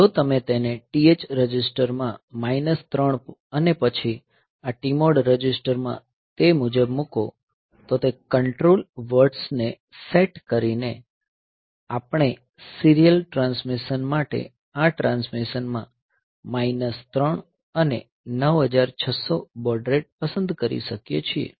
જો તમે તેને TH રજિસ્ટર માં માઈનસ 3 અને પછી આ TMOD રજીસ્ટરમાં તે મુજબ મૂકો તો તે કંટ્રોલ વર્ડ્સ ને સેટ કરીને આપણે સીરીયલ ટ્રાન્સમિશન માટે આ ટ્રાન્સમિશનમાં માઈનસ 3 અને આ 9600 બૉડ રેટ પસંદ કરી શકીએ છીએ